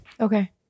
Okay